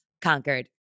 conquered